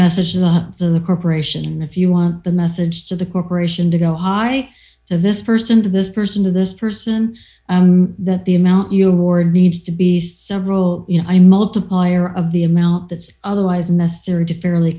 message to the corporation if you want the message to the corporation to go high this person to this person to this person that the amount you award needs to be several you know i multiplier of the amount that is otherwise necessary to fairly